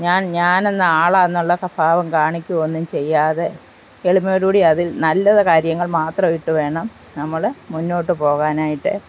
ഞാൻ ഞാനെന്ന ആളെന്നുള്ള ഒക്കെ ഭാവം കാണിക്കുമോയെന്നും ചെയ്യാതെ എളിമയോടുകൂടി അതിൽ നല്ല കാര്യങ്ങൾ മാത്രം ഇട്ടു വേണം നമ്മൾ മുന്നോട്ടു പോകാനായിട്ട്